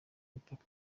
umupaka